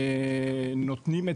נותנים,